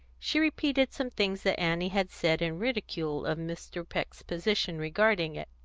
she repeated some things that annie had said in ridicule of mr. peck's position regarding it.